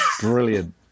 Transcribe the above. Brilliant